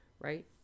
right